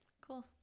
cool